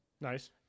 Nice